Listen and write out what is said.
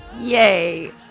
Yay